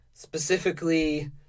specifically